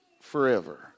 forever